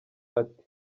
ati